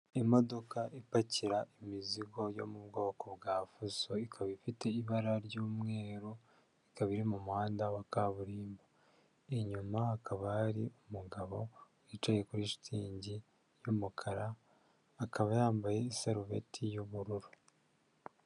Imodoka ipakira imizigo yo mu bwoko bwa fuso, ikaba ifite ibara ry'umweru, ikaba iri mu muhanda wa kaburimbo, inyuma hakaba hari umugabo wicaye kuri shitingi y'umukara, akaba yambaye isarubeti y'ubururu.